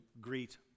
greet